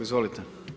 Izvolite.